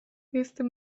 jestem